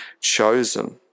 chosen